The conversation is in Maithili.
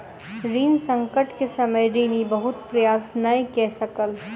ऋण संकट के समय ऋणी बहुत प्रयास नै कय सकल